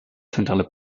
zentrale